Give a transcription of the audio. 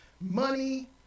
money